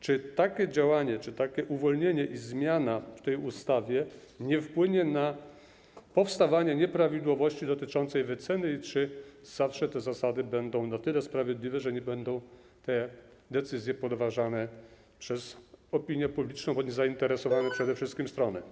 Czy takie działanie, czy takie uwolnienie i zmiana w tej ustawie nie wpłyną na powstawanie nieprawidłowości dotyczącej wyceny i czy zawsze te zasady będą na tyle sprawiedliwe, że te decyzje nie będą podważane przez opinię publiczną bądź zainteresowane przede wszystkim strony?